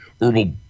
herbal